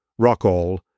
Rockall